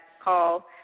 call